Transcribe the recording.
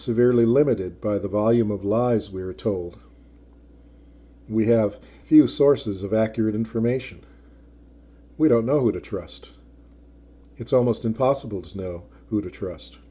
severely limited by the volume of lies we are told we have he was sources of accurate information we don't know who to trust it's almost impossible to know who to trust